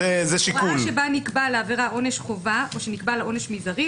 "הוראה שבה נקבע לעבירה עונש חובה או שנקבע לה עונש מזערי,